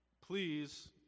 Please